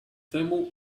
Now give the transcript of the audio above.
thermal